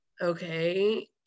okay